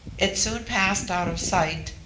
it soon passed out of sight,